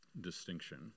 distinction